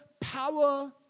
power